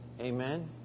Amen